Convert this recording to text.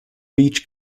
beach